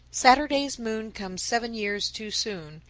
saturday's moon comes seven years too soon,